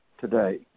today